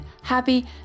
happy